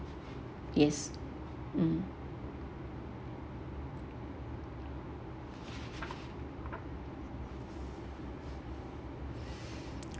yes mm